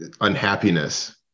unhappiness